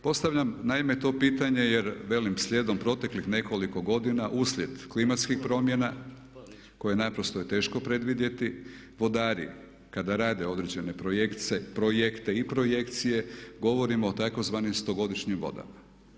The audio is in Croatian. Postavljam naime to pitanje jer velim slijedom proteklih nekoliko godina uslijed klimatskih promjena koje naprosto je teško predvidjeti vodari kada rade određene projekte i projekcije, govorimo o tzv. 100-godišnjim vodama.